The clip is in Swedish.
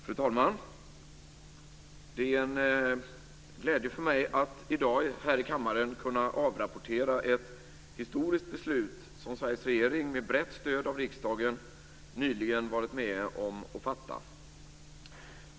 Fru talman! Det är en glädje för mig att i dag här i kammaren kunna avrapportera ett historiskt beslut som Sveriges regering med brett stöd av riksdagen nyligen varit med om att fatta.